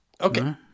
Okay